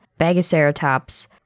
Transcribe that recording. Bagaceratops